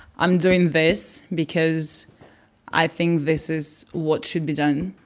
i'm doing this because i think this is what should be done.